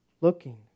looking